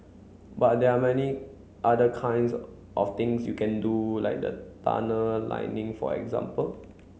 but there are many other kinds of things you can do like the tunnel lining for example